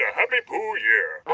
yeah happy poo year